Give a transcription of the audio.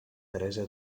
teresa